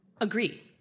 agree